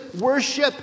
worship